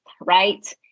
right